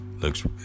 looks